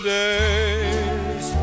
days